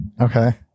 Okay